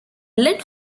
led